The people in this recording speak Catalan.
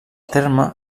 terme